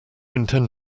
intend